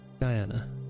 diana